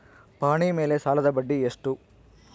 ಪಹಣಿ ಮೇಲೆ ಸಾಲದ ಬಡ್ಡಿ ಎಷ್ಟು?